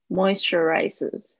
Moisturizes